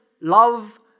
love